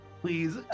Please